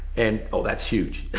and oh, that's huge.